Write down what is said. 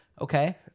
okay